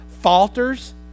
falters